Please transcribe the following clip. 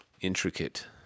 intricate